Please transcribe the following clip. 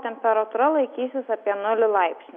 temperatūra laikysis apie nulį laipsnių